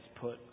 put